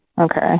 Okay